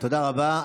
תודה רבה.